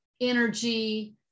energy